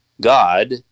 God